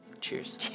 Cheers